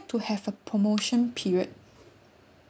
like to have a promotion period